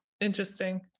Interesting